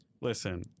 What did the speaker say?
Listen